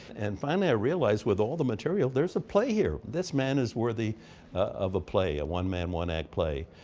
and finally i realized with all the material, there's a play here. this man is worthy of a play a one-man, one-act play.